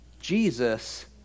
Jesus